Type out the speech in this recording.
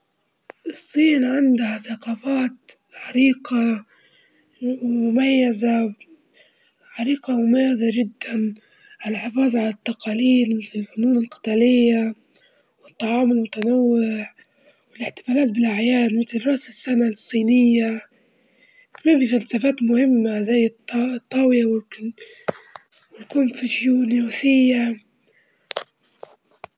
الصين عندها ثقافات عريقة ومميزة عريقة ومميزة جدًا، الحفاظ على التقاليد وفي الفنون القتالية والطعام المتنوع والاحتفالات بالأعياد مثل رأس السنة الصينية، هناك فلسفات مهمة زي الط-الطاوية و.